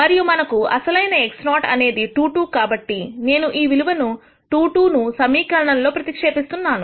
మరియు మన అసలైన x0 అనేది 2 2 కాబట్టి నేను ఈ విలువ 2 2 ను ఈ సమీకరణల్లో ప్రతిక్షేస్తున్నాను